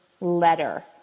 letter